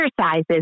exercises